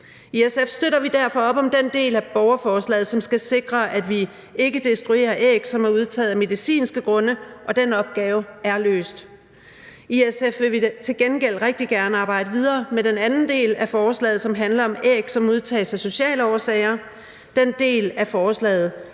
I SF støtter vi derfor op om den del af borgerforslaget, som skal sikre, at vi ikke destruerer æg, som er udtaget af medicinske grunde, og den opgave er løst. I SF vil vi til gengæld rigtig gerne arbejde videre med den anden del af forslaget, som handler om æg, som udtages af sociale årsager. Den del af forslaget